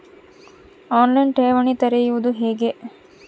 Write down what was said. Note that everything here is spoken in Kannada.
ಆನ್ ಲೈನ್ ಠೇವಣಿ ತೆರೆಯುವುದು ಹೇಗೆ?